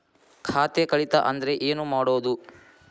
ಖಾತೆ ಕಳಿತ ಅಂದ್ರೆ ಏನು ಮಾಡೋದು?